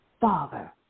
Father